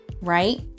right